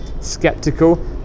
skeptical